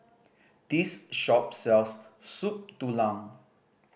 this shop sells Soup Tulang